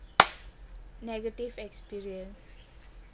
negative experience